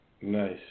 Nice